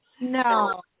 no